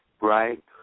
right